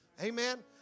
Amen